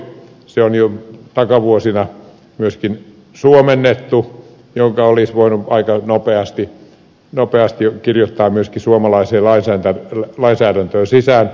se on jo takavuosina myöskin suomennettu ja sen olisi voinut aika nopeasti kirjoittaa myöskin suomalaiseen lainsäädäntöön sisään